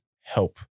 help